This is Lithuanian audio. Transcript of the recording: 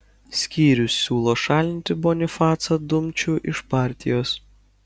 skyrius siūlo šalinti bonifacą dumčių iš partijos